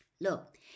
Look